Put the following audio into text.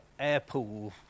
Airpool